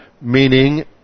meaning